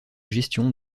gestion